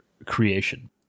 creation